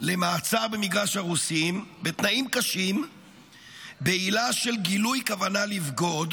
למעצר במגרש הרוסים בתנאים קשים בעילה של גילוי על כוונה לבגוד,